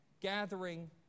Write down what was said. gathering